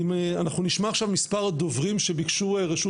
אנחנו נשמע עכשיו מספר דוברים שביקשו רשות